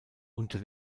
unter